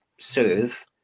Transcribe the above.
serve